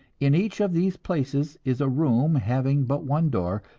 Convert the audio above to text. in each of these places is a room having but one door,